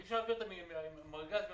אי אפשר להעביר אותם ממקום למקום.